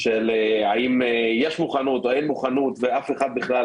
של האם יש או אין מוכנות ואף אחד לא